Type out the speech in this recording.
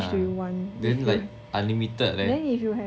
then like unlimited leh